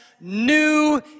new